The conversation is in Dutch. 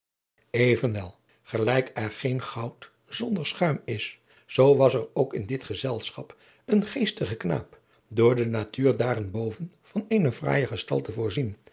evenwel gelijk er geen goud zonder schuim is zoo was er ook in dit gezelschap een geestige knaap door de natuur daarenboven van eene fraaije gestalte voorzien